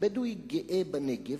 כבדואי גאה בנגב,